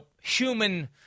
human